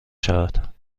شود